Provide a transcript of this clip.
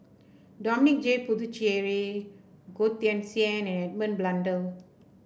Dominic J Puthucheary Goh Teck Sian and Edmund Blundell